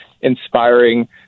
inspiring